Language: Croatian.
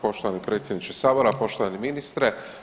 Poštovani predsjedniče Sabora, poštovani ministre.